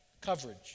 coverage